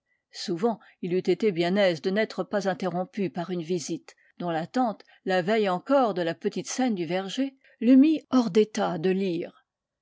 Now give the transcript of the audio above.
souvent il eût été bien aise de n'être pas interrompu par une visite dont l'attente la veille encore de la petite scène du verger l'eût mis hors d'état de lire